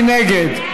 מי נגד?